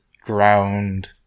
ground